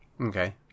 Okay